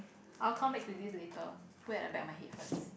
I'll come back to this later put at the back of my head first